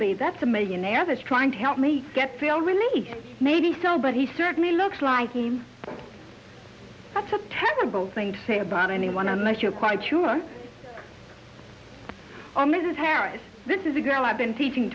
be that's a millionaire that's trying to help me get feel relief maybe so but he certainly looks like him that's a terrible thing to say about anyone unless you're quite sure mrs harris this is a girl i've been teaching